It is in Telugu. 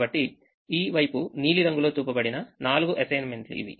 కాబట్టి ఈ వైపు నీలం రంగులో చూపబడిన 4 అసైన్మెంట్లు ఇవి